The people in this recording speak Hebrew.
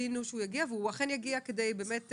ולכן רצינו שהמנכ"ל יגיע ואכן הוא יגיע כדי לעדכן